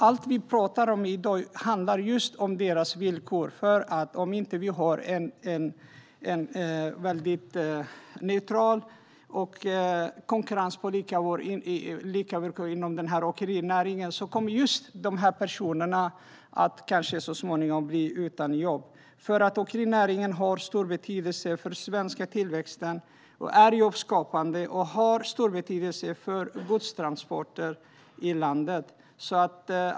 Allt vi pratar om i dag handlar just om deras villkor, för om vi inte har en mycket neutral marknad med konkurrens på lika villkor inom åkerinäringen kommer kanske just de här personerna att så småningom bli utan jobb. Åkerinäringen har stor betydelse för den svenska tillväxten, är jobbskapande och har stor betydelse för godstransporter i landet.